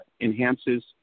enhances